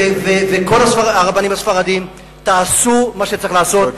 ולכל הרבנים הספרדים: תעשו מה שצריך לעשות,